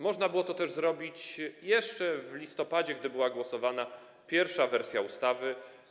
Można było to też zrobić jeszcze w listopadzie, gdy głosowano nad pierwszą wersją ustawy.